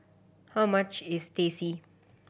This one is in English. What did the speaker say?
how much is Teh C